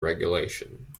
regulation